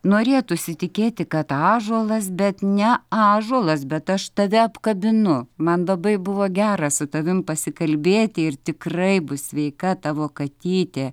norėtųsi tikėti kad ąžuolas bet ne ąžuolas bet aš tave apkabinu man labai buvo gera su tavim pasikalbėti ir tikrai bus sveika tavo katytė